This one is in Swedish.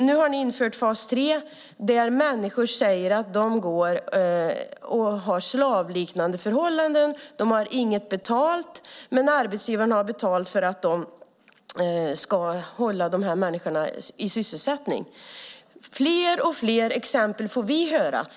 Nu har ni infört fas 3 där människor säger att de har slavliknande förhållanden. De får inget betalt, men arbetsgivaren får betalt för att hålla de här människorna sysselsatta. Vi får höra fler och fler exempel.